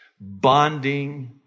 bonding